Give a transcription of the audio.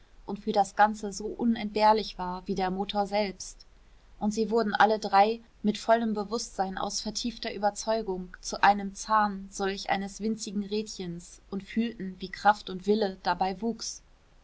und für das ganze so unentbehrlich war wie der motor selbst und sie wurden alle drei mit vollem bewußtsein aus vertiefter überzeugung zu einem zahn solch eines winzigen rädchens und fühlten wie kraft und wille dabei wuchs